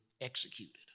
executed